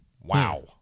Wow